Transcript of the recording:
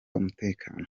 umutekano